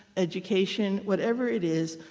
education, whatever it is,